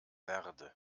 verde